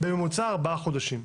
בממוצע ארבע חודשים.